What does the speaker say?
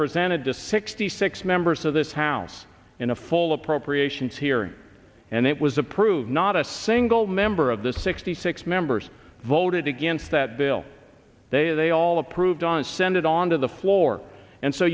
presented to sixty six members of this house in a full appropriations hearing and it was approved not a single member of the sixty six members voted against that bill they all approved on send it on to the floor and so